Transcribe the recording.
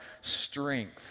strength